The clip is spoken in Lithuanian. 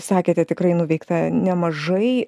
sakėte tikrai nuveikta nemažai